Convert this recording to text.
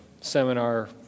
seminar